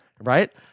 right